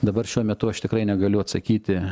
dabar šiuo metu aš tikrai negaliu atsakyti